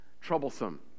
troublesome